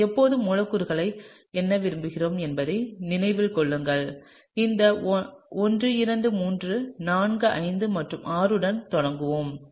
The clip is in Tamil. நாம் எப்போதும் மூலக்கூறுகளை எண்ண விரும்புகிறோம் என்பதை நினைவில் கொள்ளுங்கள் இந்த 1 2 3 4 5 மற்றும் 6 உடன் தொடங்குவோம்